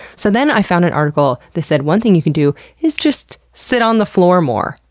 so then i found an article that said one thing you could do is just sit on the floor more.